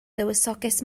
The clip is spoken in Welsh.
dywysoges